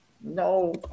No